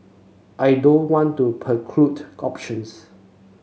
I don't want to preclude options